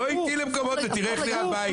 בוא איתי למקומות ותראה איך נראה בית.